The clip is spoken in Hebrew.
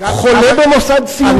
חולה במוסד סיעודי,